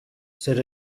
said